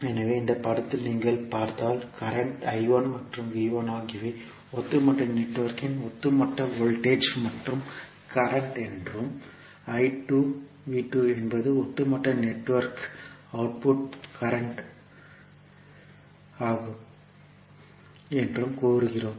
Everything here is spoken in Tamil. எனவே இந்த படத்தில் நீங்கள் பார்த்தால் கரண்ட் மற்றும் ஆகியவை ஒட்டுமொத்த நெட்வொர்க்கின் ஒட்டுமொத்த வோல்டேஜ் மற்றும் கரண்ட் என்றும் என்பது ஒட்டுமொத்த நெட்வொர்க்கின் அவுட்புட் போர்ட் கரண்ட் ஆகும் என்றும் கூறுகிறோம்